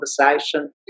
conversation